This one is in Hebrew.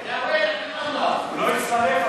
אבל הוא לא הצטרף.